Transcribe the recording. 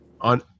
on